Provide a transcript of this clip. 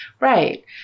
Right